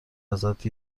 ازت